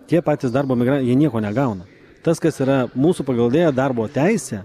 tie patys darbo migrantai jie nieko negauna tas kas yra mūsų pagal darbo teisę